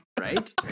Right